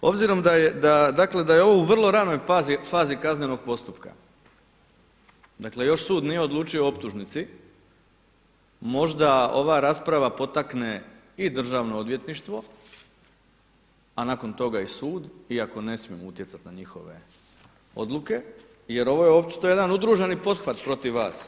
Obzirom dakle da je ovo u vrlo ranoj fazi kaznenog postupka, dakle još sud nije odlučio o optužnici možda ova rasprava potakne i Državno odvjetništvo, a nakon toga i sud iako ne smijemo utjecati na njihove odluke, jer ovo je očito jedan udruženi pothvat protiv vas.